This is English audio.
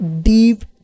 Deep